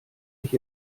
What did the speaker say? ich